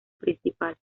principal